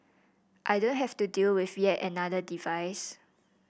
I don't have to deal with yet another device